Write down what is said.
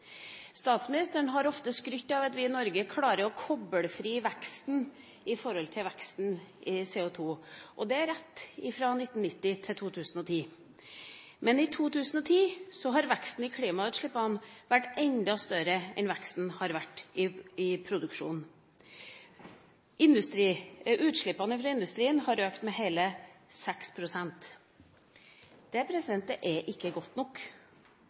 Statsministeren har ofte skrytt av at vi i Norge klarer å koble fri den økonomiske veksten i forhold til veksten i CO2. Det er rett fra 1990 til 2010, men i 2010 har veksten i klimautslippene vært enda større enn veksten i produksjon. Utslippene fra industrien har økt med hele 6 pst. Det er ikke godt nok.